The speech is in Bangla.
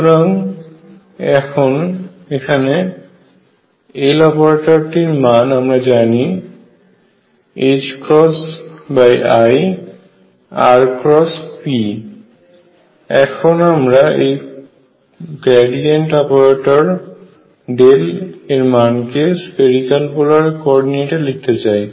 সুতরাং এখানে L অপারেটরটির মান আমরা জানি i এখন আমরা এই গ্রেডিয়েন্ট অপারেটর এর মান কে স্ফেরিক্যাল পোলার কোঅর্ডিনেট এ লিখতে চাই